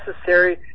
necessary